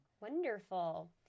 Wonderful